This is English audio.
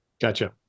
Gotcha